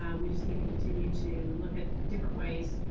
yeah we just need to continue to look at different ways